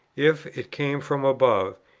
if it came from above,